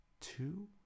two